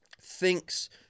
thinks